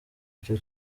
icyo